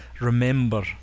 remember